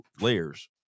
layers